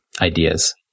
ideas